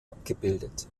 abgebildet